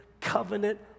covenant